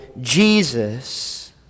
Jesus